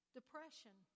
Depression